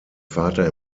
vater